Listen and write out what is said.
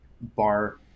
bar